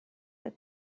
der